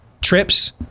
trips